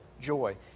joy